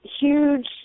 huge